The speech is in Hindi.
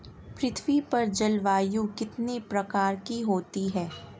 पृथ्वी पर जलवायु कितने प्रकार की होती है?